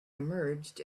emerged